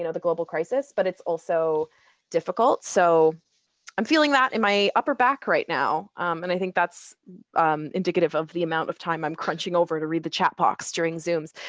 you know the global crisis, but it's also difficult. so i'm feeling that in my upper back right now, and i think that's indicative of the amount of time i'm crunching over to read the chat box during zooms.